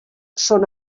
són